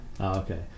Okay